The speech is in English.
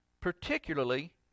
particularly